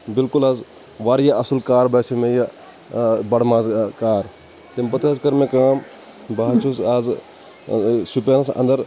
بِلکُل حظ واریاہ اَصٕل کار باسیٚو مےٚ یہِ ٲں بَڑٕ ماز کار تمہِ پَتہٕ حظ کٔر مےٚ کٲم بہٕ حظ چھُس اَزٕ اۭں شُپینَس اَنٛدَر